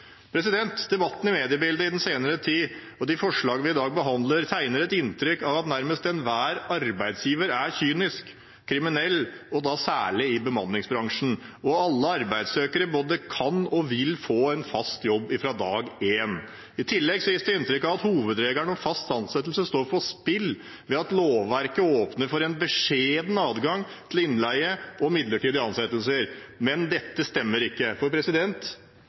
Debatten i mediebildet den senere tid og forslagene vi i dag behandler, gir inntrykk av at nærmest enhver arbeidsgiver er kynisk og kriminell, og da særlig i bemanningsbransjen, og at alle arbeidssøkere både kan og vil få en fast jobb fra dag én. I tillegg gis det inntrykk av at hovedregelen om fast ansettelse står på spill, ved at lovverket åpner for en beskjeden adgang til innleie og midlertidige ansettelser. Men dette stemmer ikke.